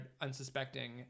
unsuspecting